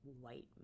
white